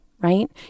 right